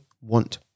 want